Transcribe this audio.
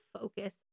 focus